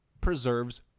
preserves